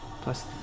plus